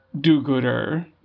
do-gooder